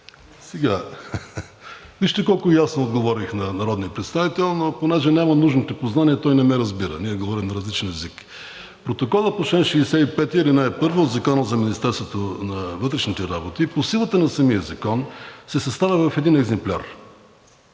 Сега, вижте колко ясно отговорих на народния представител, но понеже няма нужното познание, той не ме разбира – ние говорим различен език. Протоколът по чл. 65, ал. 1 от Закона за Министерството на вътрешните работи по силата на самия закон се съставя в един екземпляр